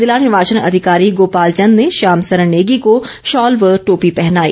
जिला निर्वाचन अधिकारी गोपाल चंद ने श्याम सरण नेगी को शॉल व टोपी पहनाई